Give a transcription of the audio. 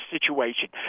situation